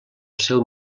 seu